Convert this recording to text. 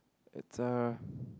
it's a